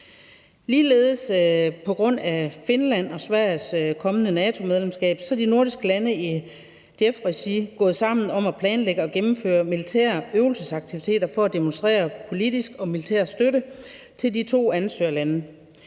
JEF-regi på grund af Finlands og Sveriges kommende NATO-medlemskab gået sammen om at planlægge og gennemføre militære øvelsesaktiviteter for at demonstrere politisk og militær støtte til de to ansøgerlande.